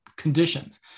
conditions